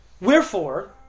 Wherefore